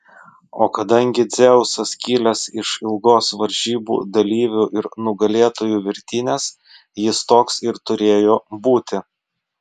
o kadangi dzeusas kilęs iš ilgos varžybų dalyvių ir nugalėtojų virtinės jis toks ir turėjo būti